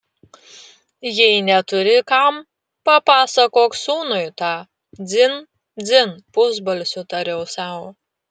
jei neturi kam papasakok sūnui tą dzin dzin pusbalsiu tariau sau